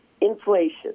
inflation